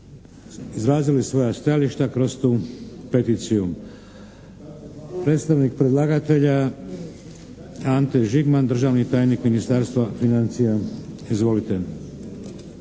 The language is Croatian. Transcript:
Izvolite. **Šeks, Vladimir (HDZ)** Predstavnik predlagatelja Ante Žigman, državni tajnik Ministarstva financija. Izvolite.